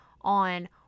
on